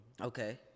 Okay